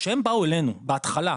כשהם באו אלינו בהתחלה,